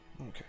Okay